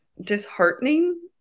disheartening